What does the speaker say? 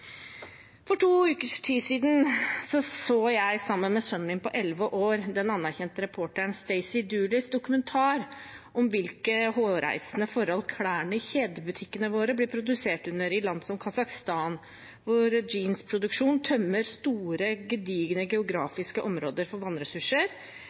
For to ukers tid siden så jeg sammen med sønnen min på elleve år den anerkjente reporteren Stacy Dooleys dokumentar om hvilke hårreisende forhold klærne i kjedebutikkene våre blir produsert under. I land som Kasakhstan tømmer jeansproduksjonen gedigne